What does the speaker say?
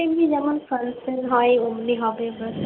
এমনি যেমন ফাংশন হয় অমনি হবে